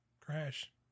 crash